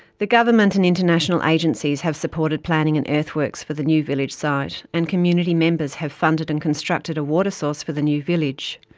the government and international agencies have supported planning planning and earthworks for the new village site and community members have funded and constructed a water source for the new village.